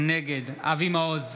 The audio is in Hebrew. נגד אבי מעוז,